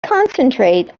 concentrate